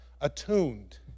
attuned